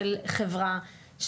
של חברה,